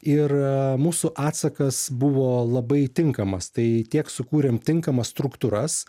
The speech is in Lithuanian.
ir mūsų atsakas buvo labai tinkamas tai tiek sukūrėm tinkamas struktūras